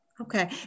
Okay